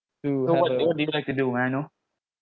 so what what do you like to know may I know